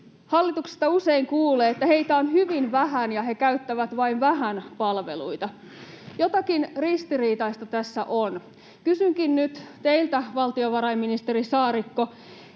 hallituksesta usein kuulee, että heitä on hyvin vähän ja he käyttävät vain vähän palveluita. Jotakin ristiriitaista tässä on. Kysynkin nyt teiltä, valtiovarainministeri Saarikko,